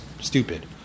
stupid